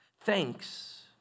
Thanks